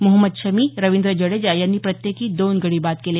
मोहम्मद शमी रविंद्र जडेजा यांनी प्रत्येकी दोन गडी बाद केले